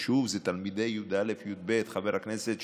ושוב, אלה תלמידי י"א-י"ב, חבר הכנסת שטרן.